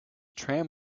tram